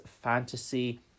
fantasy